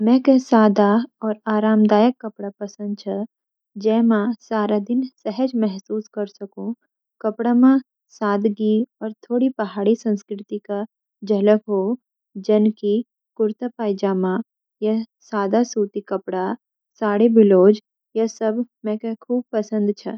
मकै सादा और आरामदायक कपड़ा पसंद छ, जें म सारा दिन सहज महसूस कर सकूं। कपड़ा म सादगी और थोड़ी पहाड़ी संस्कृति क झलक हो, जैन की कुर्ता-पायजामा या सादा सूती कपड़ा, साड़ी ब्लाउज, या सब मकै खुब पसंद छ।